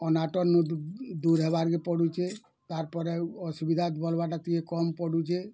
ଅନାଟନ୍ ନୁ ଦୂର ହେବାର୍ କେ ପଡ଼ୁଛେ ଆର୍ ପରେ ଅସୁବିଧା ବଲ୍ ବା ଟା ଟିକେ କମ୍ ପଡ଼ୁଛେ